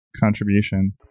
contribution